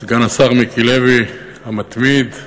סגן השר מיקי לוי, המתמיד,